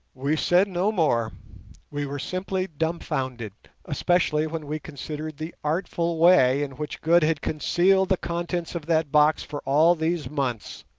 we said no more we were simply dumbfounded, especially when we considered the artful way in which good had concealed the contents of that box for all these months.